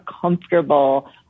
comfortable